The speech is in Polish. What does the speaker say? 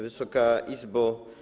Wysoka Izbo!